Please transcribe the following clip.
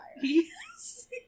Yes